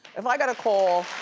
if i got a call,